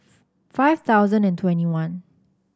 five thousand and twenty one